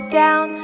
down